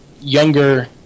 younger